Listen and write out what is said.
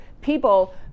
people